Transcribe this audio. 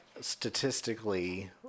statistically